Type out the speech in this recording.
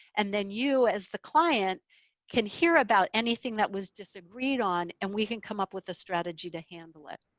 and then you, as the client can hear about anything that was disagreed on and we can come up with a strategy to handle it.